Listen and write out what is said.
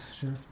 Sure